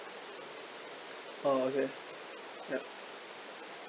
orh okay ya